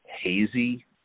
hazy